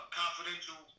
confidential